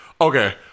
okay